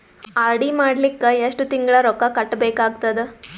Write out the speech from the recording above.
RD ಮಾಡಲಿಕ್ಕ ಎಷ್ಟು ತಿಂಗಳ ರೊಕ್ಕ ಕಟ್ಟಬೇಕಾಗತದ?